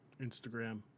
Instagram